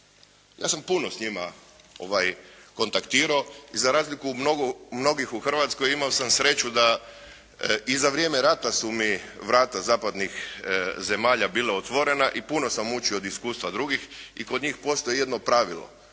Ja sam puno s njima kontaktirao i za razliku mnogih u Hrvatskoj imao sam sreću da i za vrijeme rata su mi vrata zapadnih zemalja bila otvorena i puno sam učio od iskustva drugih i kod njih postoji jedno pravilo.